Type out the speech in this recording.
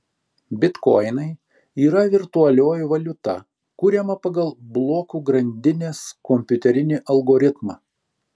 bitkoinai yra virtualioji valiuta kuriama pagal blokų grandinės kompiuterinį algoritmą